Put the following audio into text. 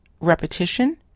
repetition